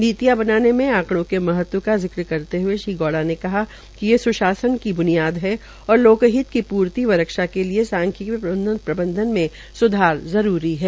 नीतियां बनाने में आंकड़ो के महत्व का जिक्र करते हुए श्री गौड़ा ने कहा कि सुशासन की ब्नियाद है और लोकहित की प्रर्ति व रक्षा के लिए सांख्यिकी प्रबधन में स्धार जरूरी है